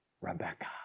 Rebecca